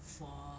for